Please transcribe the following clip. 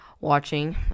watching